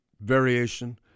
variation